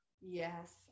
Yes